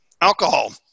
alcohol